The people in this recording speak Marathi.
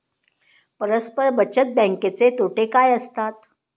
परस्पर बचत बँकेचे तोटे काय असतात?